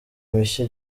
mishya